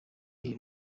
iri